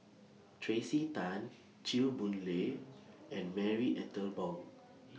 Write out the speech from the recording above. Tracey Tan Chew Boon Lay and Marie Ethel Bong